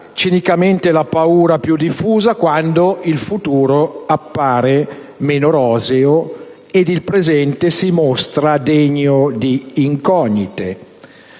cinicamente la paura più diffusa quando il futuro appare meno roseo e il presente si mostra denso di incognite.